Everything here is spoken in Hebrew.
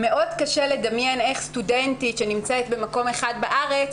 מאוד קשה לדמיין איך סטודנטית שנמצאת במקום אחד בארץ